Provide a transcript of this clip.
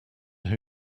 who